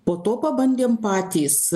po to pabandėm patys